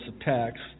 attacks